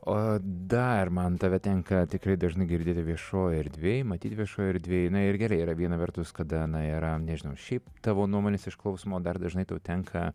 o dar man tave tenka tikrai dažnai girdėti viešojoj erdvėj matyt viešoj erdvėj ir gerai yra viena vertus kada na yra nežinau šiaip tavo nuomonės išklausomo dar dažnai tenka